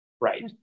Right